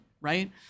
right